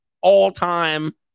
all-time